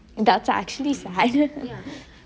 that's actually sad